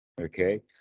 Okay